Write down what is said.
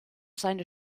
seine